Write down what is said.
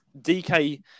DK